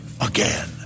again